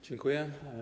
Dziękuję.